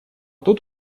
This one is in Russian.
тут